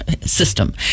system